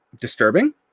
Disturbing